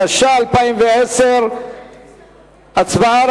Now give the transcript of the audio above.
התש"ע 2010. הצבעה,